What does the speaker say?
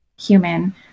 human